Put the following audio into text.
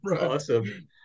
Awesome